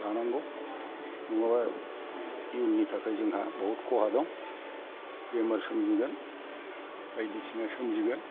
लानांगौ नङाबा इयुननि थाखाय जोंहा बहुद खहा दं बेमार सोमजिगोन बायदिसिना सोमजिगोन